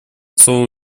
слово